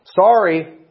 Sorry